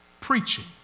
preaching